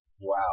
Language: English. Wow